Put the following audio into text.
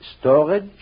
storage